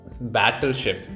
battleship